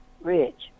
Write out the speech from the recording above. rich